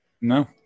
No